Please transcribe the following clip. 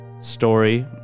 story